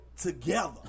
together